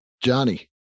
Johnny